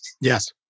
Yes